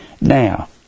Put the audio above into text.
Now